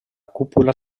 cúpula